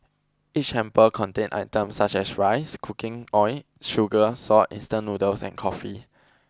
each hamper contained items such as rice cooking oil sugar salt instant noodles and coffee